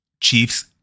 Chiefs